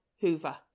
hoover